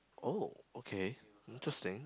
oh okay interesting